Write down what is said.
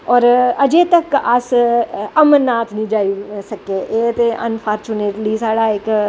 और अज़ें तक्कर अस अमरनाथ नी जाई सके एह् ते अनपार्चूनेट साढ़ा इक